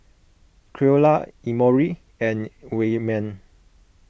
Creola Emory and Wayman